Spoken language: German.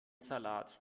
salat